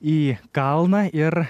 į kalną ir